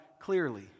clearly